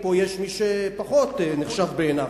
פה יש מי שהוא פחות נחשב בעיניו,